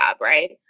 right